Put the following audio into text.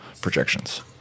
projections